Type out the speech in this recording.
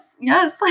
Yes